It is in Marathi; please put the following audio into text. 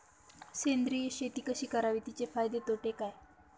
सेंद्रिय शेती कशी करावी? तिचे फायदे तोटे काय?